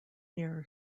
near